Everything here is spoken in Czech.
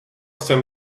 jsem